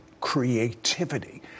creativity